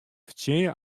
fertsjinje